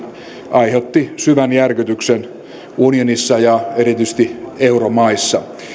aiheutti syvän järkytyksen unionissa ja erityisesti euromaissa